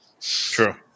True